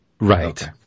right